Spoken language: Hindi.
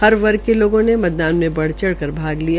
हर वर्ग के लागों ने मतदान में बढ़चढ़ कर भाग लिया